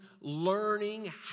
learning